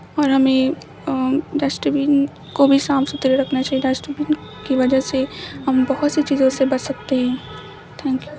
اور ہمیں dust bin کو بھی صاف ستھرا رکھنا چاہیے ڈسٹ بین کی وجہ سے ہم بہت سی چیزوں سے بچ سکتے ہیں تھینک یو